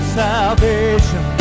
salvation